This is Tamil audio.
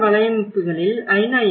நிறுவன வலையமைப்புகளில் ஐ